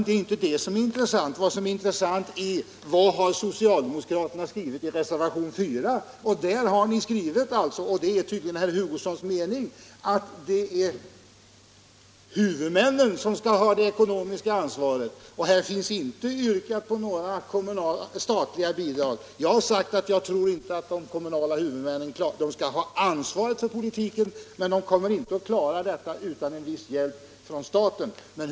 Det är inte det som är intressant utan vad socialdemokraterna har skrivit i reservationen 4. Där har ni skrivit — och det är tydligen också herr Hugossons mening — att det är huvudmännen som skall ha det ekonomiska ansvaret. Ni yrkar emellertid inte på några statliga bidrag. Jag har sagt att de kommunala huvudmännen skall ha ansvaret för politiken, men jag tror inte att de kommer att klara den utan viss hjälp från staten.